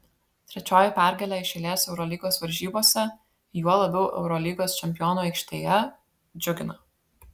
trečioji pergalė iš eilės eurolygos varžybose juo labiau eurolygos čempionų aikštėje džiugina